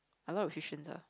a lot of restrictions ah